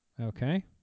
Okay